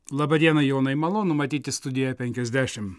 laba diena jonai malonu matyti studijoje penkiasdešim